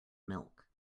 milk